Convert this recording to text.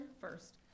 first